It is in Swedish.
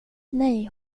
nej